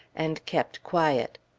and kept quiet.